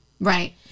Right